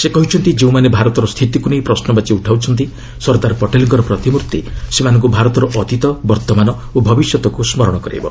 ସେ କହିଛନ୍ତି ଯେଉଁମାନେ ଭାରତର ସ୍ଥିତିକୁ ନେଇ ପ୍ରଶ୍ରବାଚୀ ଉଠାଇଛନ୍ତି ସର୍ଦ୍ଦାର ପଟେଲ୍ଙ୍କର ପ୍ରତିମ୍ଭି ସେମାନଙ୍କୁ ଭାରତର ଅତୀତ ବର୍ତ୍ତମାନ ଓ ଭବିଷ୍ୟତ ସ୍କରଣ କରାଇବ